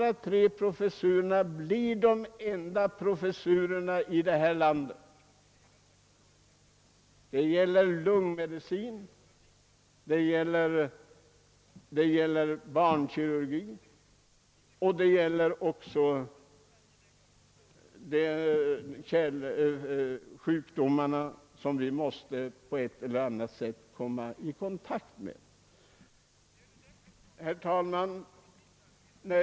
Det gäller alltså professurerna i lungmedicin, i barnkirurgi och i hjärtoch kärlsjukdomar. Herr talman!